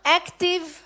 active